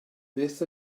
beth